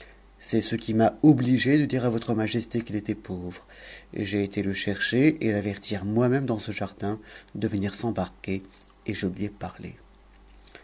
c'est ce qui m'a obligé de dire à votre majesté qu'il était pauvre j'a le chercher et l'avertir moi-même dans ce jardin de venir s'embarque et je lui ai parlé